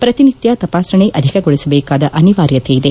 ಪ್ರತಿನಿತ್ಠ ತಪಾಸಣೆ ಅಧಿಕಗೊಳಿಸಬೇಕಾದ ಅನಿವಾರ್ಯತೆ ಇದೆ